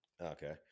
Okay